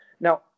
Now